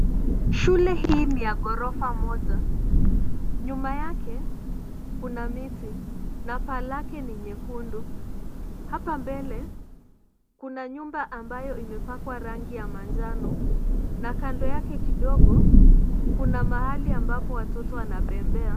Shule hii ni ya gorofa moja. Nyuma yake, kuna miti na paa lake ni nyekundu. Hapa mbele, kuna nyumba ambayo imepakwa rangi ya manjano na kando yake kidogo kuna mahali ambapo watoto wanabembea.